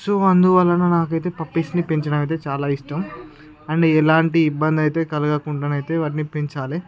so అందువలన నాకైతే పప్పీస్ని పెంచడం అయితే చాలా ఇష్టం అండ్ ఎలాంటి ఇబ్బంది అయితే కలగకుండా అయితే వాటిని పెంచాలి